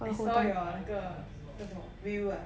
I saw your 那个那个什么 wheel ah